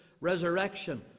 resurrection